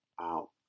out